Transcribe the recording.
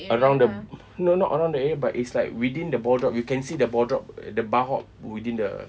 around the no not around the area but is like within the ball drop you can see the ball drop the bar hop within the